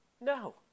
No